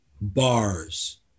bars